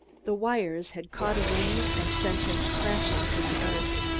the wires had caught a wing and sent him crashing to the earth.